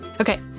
Okay